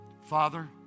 Father